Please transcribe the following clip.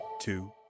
two